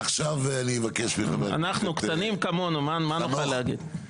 אנחנו קטנים כמונו, מה נוכל להגיד?